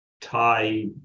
tie